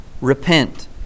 Repent